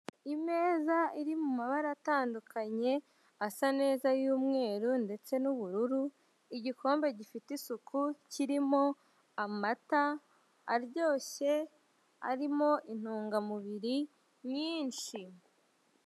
Imeza iri mu mabara atandukanye asa neza y'umweru ndetse n'ubururu igikombe gifite isuku kirimo amata aryoshye arimo intungamubiri nyinshi.